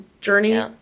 journey